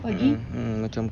mmhmm macam